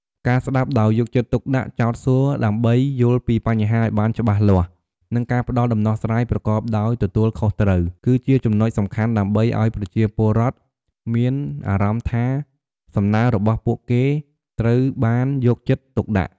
ការស្តាប់ដោយយកចិត្តទុកដាក់ ចោទសួរដើម្បីយល់ពីបញ្ហាឱ្យបានច្បាស់លាស់ និងការផ្តល់ដំណោះស្រាយប្រកបដោយការទទួលខុសត្រូវ គឺជាចំណុចសំខាន់ដើម្បីឱ្យប្រជាពលរដ្ឋមានអារម្មណ៍ថា សំណើរបស់ពួកគេត្រូវបានយកចិត្តទុកដាក់។